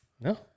No